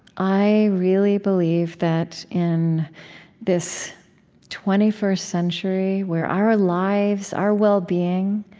i really believe that in this twenty first century where our lives, our well-being,